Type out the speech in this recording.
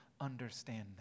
understand